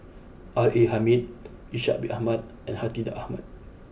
R A Hamid Ishak bin Ahmad and Hartinah Ahmad